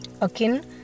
akin